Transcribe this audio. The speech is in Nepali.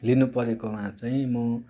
लिनु परेकोमा चाहिँ म